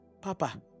Papa